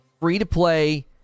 free-to-play